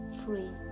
free